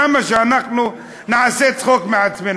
למה נעשה צחוק מעצמנו?